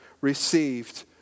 received